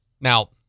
Now